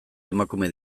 emakume